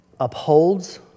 upholds